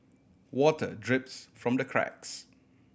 water drips from the cracks